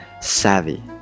Savvy